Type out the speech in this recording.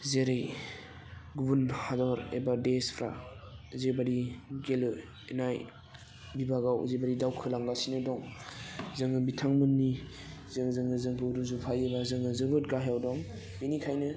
जेरै गुबुन हादर एबा देसफ्रा जेबादि गेलु नाय बिभागाव जिबायदि दावखोलांगासिनो दं जोङो बिथांमोननि जों जोङो जोंखौ रुजुफायोबा जोङो जोबोद गाहायाव दं बिनिखायनो